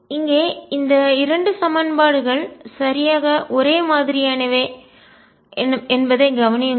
இங்கே இந்த 2 சமன்பாடுகள் சரியாக ஒரே மாதிரியானவை என்பதைக் கவனியுங்கள்